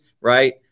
right